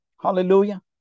hallelujah